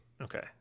Okay